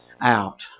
out